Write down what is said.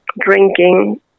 drinking